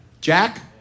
Jack